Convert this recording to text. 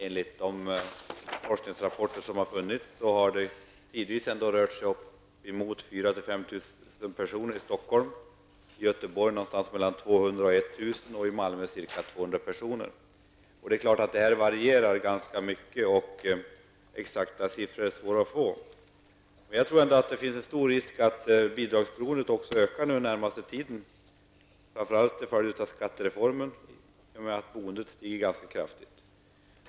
Enligt de forskningsrapporter som finns har det tidvis rört sig om upp emot 4 000--5 000 personer i Stockholm, om någonstans mellan 200 och 1 000 personer i Göteborg och om ca 200 personer i Malmö. Det är klart att antalet varierar ganska mycket, och exakta siffror är svåra att få. Jag tror att det finns en stor risk att bidragsberoendet också ökar den närmaste tiden, framför allt till följd av skattereformen, i och med att kostnaderna för boendet stiger ganska kraftigt.